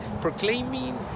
proclaiming